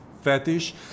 fetish